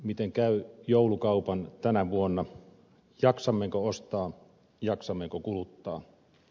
miten käy joulukaupan tänä vuonna jaksammeko ostaa jaksammeko kuluttaa